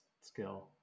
skill